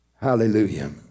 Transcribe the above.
Hallelujah